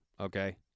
Okay